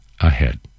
ahead